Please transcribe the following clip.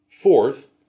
Fourth